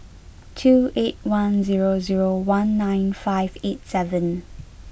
two eight one zero zero one nine five eight seven